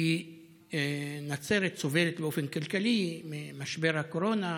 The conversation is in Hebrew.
כי נצרת סובלת באופן כלכלי ממשבר הקורונה,